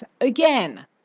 Again